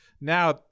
Now